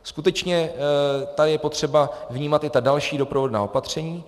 Skutečně, ta je potřeba, vnímat i ta další doprovodná opatření.